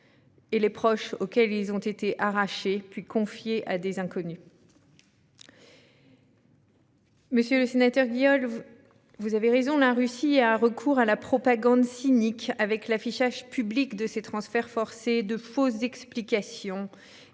et les proches auxquels ils ont été arrachés avant d'être confiés à des inconnus. Monsieur le sénateur Guiol, vous avez raison, la Russie a recours à une propagande cynique au travers de l'affichage public de ces transferts forcés et de fausses explications.